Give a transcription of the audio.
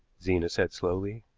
zena said slowly.